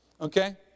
Okay